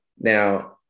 Now